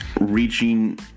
reaching